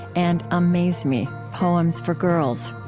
and a maze me poems for girls.